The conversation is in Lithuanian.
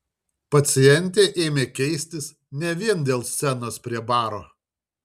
pacientė ėmė keistis ne vien dėl scenos prie baro